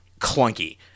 clunky